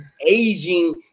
aging